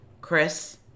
Chris